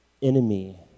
enemy